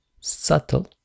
subtle